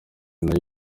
nayo